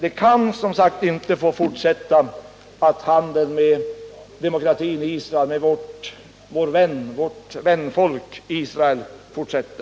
Bojkotten mot demokratin Israel, mot vårt vänfolk Israel, kan som sagt inte få fortsätta.